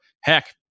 heck